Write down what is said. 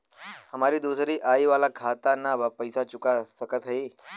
हमारी दूसरी आई वाला खाता ना बा पैसा चुका सकत हई?